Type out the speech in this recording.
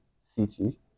City